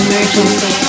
Emergency